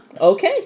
Okay